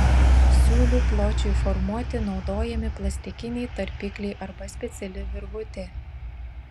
siūlių pločiui formuoti naudojami plastikiniai tarpikliai arba speciali virvutė